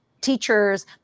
teachers